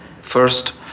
First